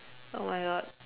oh my god